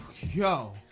Yo